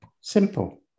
Simple